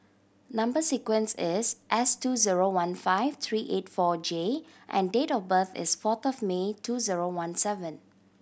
number sequence is S two zero one five three eight four J and date of birth is fourth of May two zero one seven